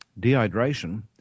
dehydration